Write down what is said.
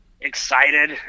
excited